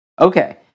Okay